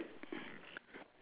ya